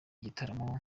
gitaramo